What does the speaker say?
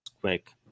quick